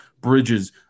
Bridges